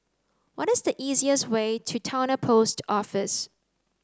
what is the easiest way to Towner Post Office